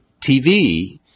TV